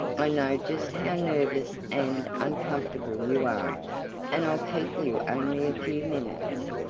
i know just how nervous and uncomfortable you are and i'll keep you only a few minutes.